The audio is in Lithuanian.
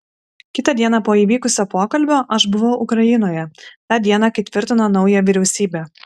kitą dieną po to įvykusio pokalbio aš buvau ukrainoje tą dieną kai tvirtino naują vyriausybę